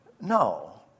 No